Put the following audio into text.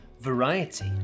variety